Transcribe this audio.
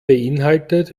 beeinhaltet